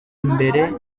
imbere